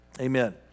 Amen